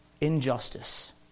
injustice